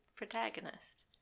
protagonist